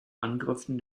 angriffen